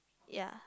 ya